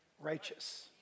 righteous